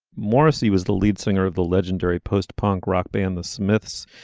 morrissey was the lead singer of the legendary post punk rock band the smiths.